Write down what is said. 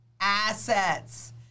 assets